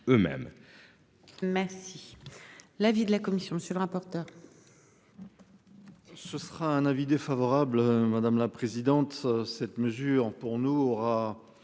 eux-mêmes. Merci. L'avis de la commission. Monsieur le rapporteur. Ce sera un avis défavorable. Madame la présidente. Cette mesure pour nous aura